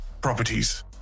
properties